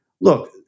look